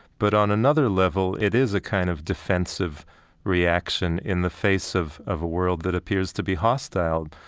but, on another level, it is a kind of defensive reaction in the face of of a world that appears to be hostile,